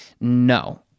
No